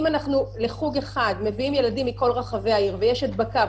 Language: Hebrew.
אם לחוג אחד אנחנו מביאים ילדים מכל רחבי העיר ויש הדבקה,